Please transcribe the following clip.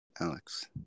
Alex